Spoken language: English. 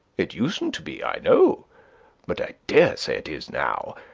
it usen't to be, i know but i daresay it is now.